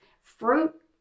fruit